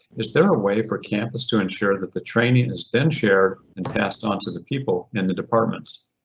is there a way for campus to ensure that the training is then shared and passed on to the people in the departments?